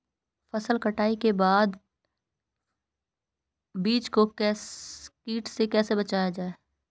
फसल कटाई के बाद बीज को कीट से कैसे बचाया जाता है?